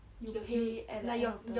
you pay at like end of the